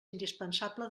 indispensable